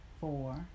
four